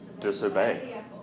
disobey